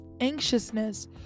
anxiousness